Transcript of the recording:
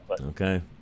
Okay